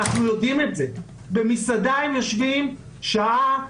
במסעדה הם יושבים שעה,